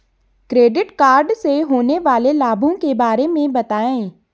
Credit card से होने वाले लाभों के बारे में बताएं?